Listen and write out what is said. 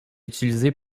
utilisée